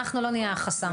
אנחנו לא נהיה החסם.